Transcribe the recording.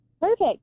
Perfect